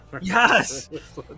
yes